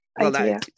idea